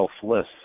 selfless